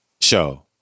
Show